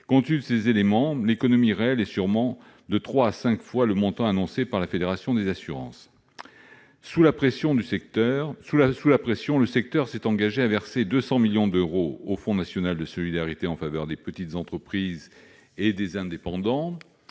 Compte tenu de ces éléments, l'économie réelle est certainement de trois à cinq fois le montant annoncé par la Fédération française de l'assurance. Sous la pression, le secteur s'est engagé à verser 200 millions d'euros au Fonds national de solidarité en faveur des petites entreprises et des indépendants,